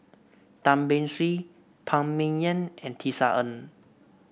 Tan Beng Swee Phan Ming Yen and Tisa Ng